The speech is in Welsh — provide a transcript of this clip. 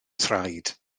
thraed